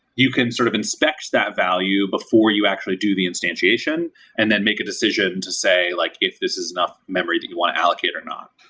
you can sort of inspect that value before you actually do the instantiation and then make a decision to say like if this is enough memory that you want to allocate or not.